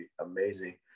amazing